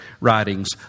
writings